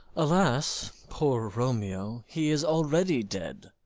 alas, poor romeo, he is already dead!